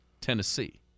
Tennessee